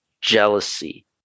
jealousy